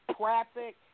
traffic